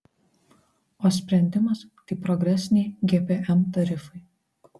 o sprendimas tai progresiniai gpm tarifai